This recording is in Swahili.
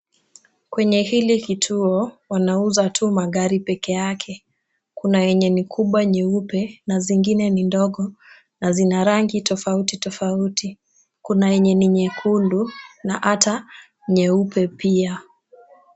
Kwenye hili kituo, wanauza tu magari peke yake. Kuna yenye ni kubwa nyeupe na zingine ni ndogo na zina rangi tofauti tofauti. Kuna yenye ni nyekundu na hata nyeupe pia.